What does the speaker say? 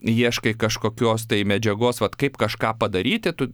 ieškai kažkokios tai medžiagos vat kaip kažką padaryti tu